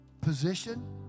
Position